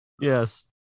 Yes